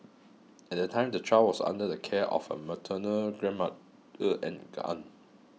at that time the child was under the care of her maternal grandma a and aunt